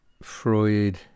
Freud